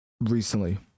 recently